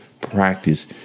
practice